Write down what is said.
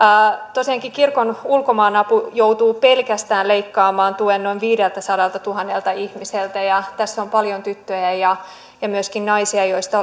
tosiaankin kirkon ulkomaanapu joutuu pelkästään leikkaamaan tuen noin viideltäsadaltatuhannelta ihmiseltä ja tässä on paljon tyttöjä ja ja myöskin naisia joista